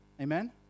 amen